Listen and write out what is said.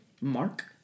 Mark